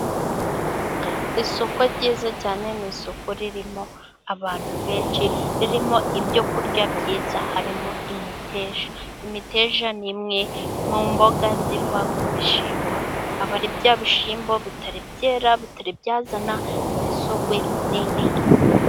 Isoko ryiza cyane ni isoko ririmo abantu benshi, ririmo ibyoku kurya byiza harimo n'imiteja. Imiteja ni imwe mu mboga ziva ku bishyimbo aba ari bya bishyimbo bitari byera bitari byazana imisogwe minini.